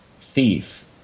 thief